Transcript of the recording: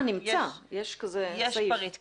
יש פריט כזה.